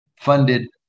funded